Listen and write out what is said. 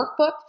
workbook